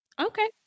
Okay